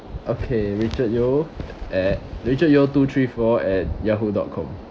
okay richard yeoh at richard yeoh two three four at yahoo dot com